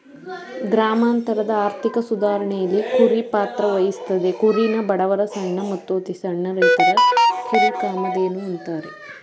ಗ್ರಾಮಾಂತರದ ಆರ್ಥಿಕ ಸುಧಾರಣೆಲಿ ಕುರಿ ಪಾತ್ರವಹಿಸ್ತದೆ ಕುರಿನ ಬಡವರ ಸಣ್ಣ ಮತ್ತು ಅತಿಸಣ್ಣ ರೈತರ ಕಿರುಕಾಮಧೇನು ಅಂತಾರೆ